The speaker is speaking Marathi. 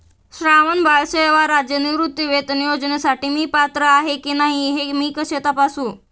श्रावणबाळ सेवा राज्य निवृत्तीवेतन योजनेसाठी मी पात्र आहे की नाही हे मी कसे तपासू?